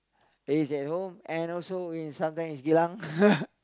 is at home and also in sometimes Geylang